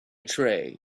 tray